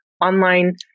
online